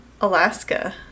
Alaska